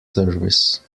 service